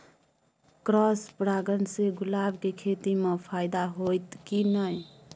Cross परागण से गुलाब के खेती म फायदा होयत की नय?